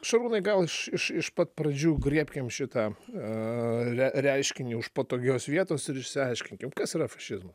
šarūnai gal iš iš iš pat pradžių griebkim šitą eee reiškinį už patogios vietos ir išsiaiškinkim kas yra fašizmas